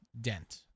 Dent